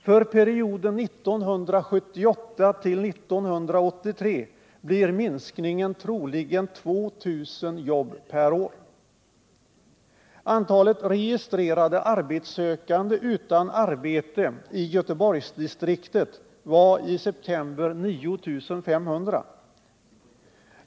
För perioden 1978-1983 blir minskningen troligen ca 2 000 jobb per år.